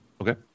Okay